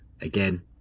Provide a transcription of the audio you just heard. Again